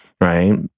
right